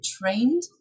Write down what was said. trained